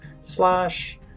slash